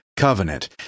covenant